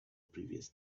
previous